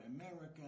America